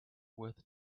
with